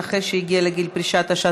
נכה שהגיע לגיל פרישה),